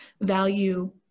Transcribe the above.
value